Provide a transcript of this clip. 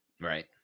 Right